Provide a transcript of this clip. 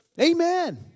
Amen